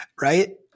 right